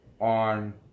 on